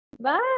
bye